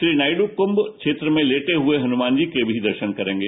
श्री नायडू कुंभ क्षेत्र में लेटे हुए हनुमानजी के दर्शन भी करेंगे